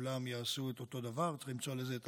שכולם יעשו את אותו דבר, וצריך למצוא לזה את